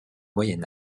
moyen